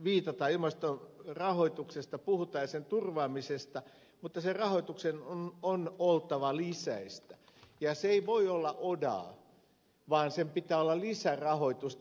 ilmastorahoituksesta ja sen turvaamisesta puhutaan mutta sen rahoituksen on oltava lisäävää ja se ei voi olla odaa vaan sen pitää olla lisärahoitusta